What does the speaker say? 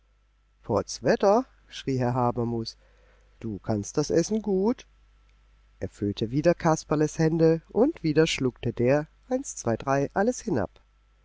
potzwetter schrie herr habermus du kannst das essen gut er füllte wieder kasperles hände und wieder schluckte der eins zwei drei alles hinab